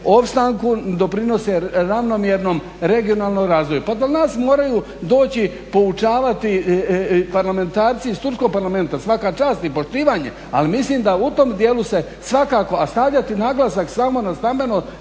opstanku, doprinose ravnomjernom regionalnom razvoju. Pa da nas moraju doći poučavati parlamentarci iz Turskog parlamenta? Svaka čast i poštivanje, ali mislim da u tom dijelu se svakako, a stavljati naglasak samo na stambeno